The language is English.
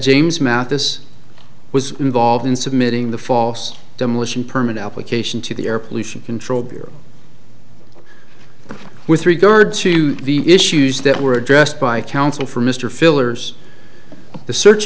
james mathis was involved in submitting the false demolition permit application to the air pollution control dear with regard to the issues that were addressed by counsel for mr fillers the search